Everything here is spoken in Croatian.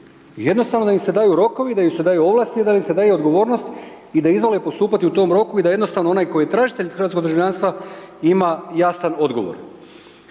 Jednostavno da im se daju rokovi, da im se daju ovlasti, da im se daju odgovornost i da izvole postupati u tom roku i da jednostavno onaj koji je tražitelj hrvatskog državljanstva ima jasan odgovor.